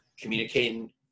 Communicating